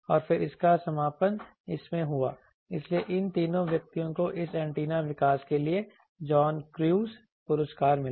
और फिर इसका समापन इसमें हुआ इसीलिए इन तीनों व्यक्तियों को इस एंटीना विकास के लिए जॉन क्रू पुरस्कार मिला